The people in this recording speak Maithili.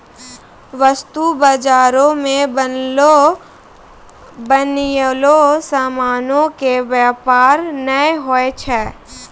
वस्तु बजारो मे बनलो बनयलो समानो के व्यापार नै होय छै